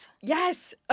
Yes